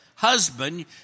husband